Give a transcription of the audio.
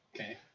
Okay